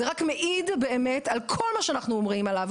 זה רק מעיד שכל מה שאנחנו אומרים עליו